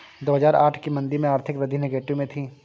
दो हजार आठ की मंदी में आर्थिक वृद्धि नेगेटिव में थी